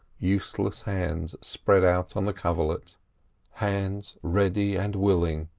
useless hands spread out on the coverlet hands ready and willing,